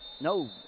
No